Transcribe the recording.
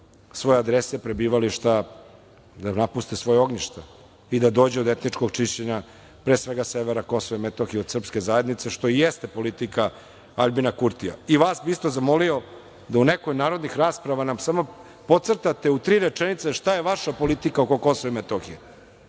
svoje adrese, prebivališta, da napuste svoja ognjišta i da dođe do etničkog čišćenja, pre svega, severa Kosova i Metohije od srpske zajednice, što i jeste politika Aljbina Kurtija. Vas bih isto zamolio da nam na nekoj od narednih rasprava podcrtate u tri rečenice šta je vaša politika oko Kosova i Metohije,